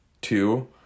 two